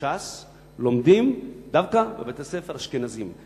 ש"ס לומדים דווקא בבתי-ספר אשכנזיים.